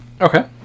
Okay